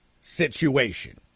situation